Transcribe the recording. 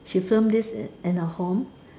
she filmed this in her home